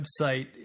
website